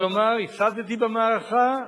ולומר: הפסדתי במערכה,